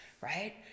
right